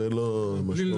זה לא משמעותי,